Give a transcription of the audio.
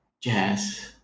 jazz